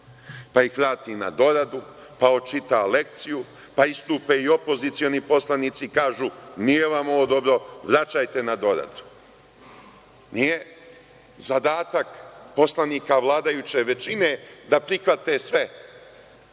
pa ih vrati na doradu, pa očita lekciju, pa istupe i opozicioni poslanici i kažu - nije vam ovo dobro, vraćajte na doradu. Nije zadatak poslanika vladajuće većine da prihvate sve